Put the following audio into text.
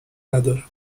ندارد